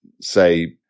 say